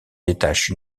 détache